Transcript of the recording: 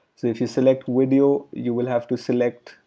so if you select video you will have to select